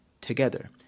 together